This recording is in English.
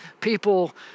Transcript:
people